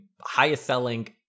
highest-selling